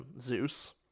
Zeus